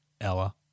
Ella